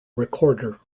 recorder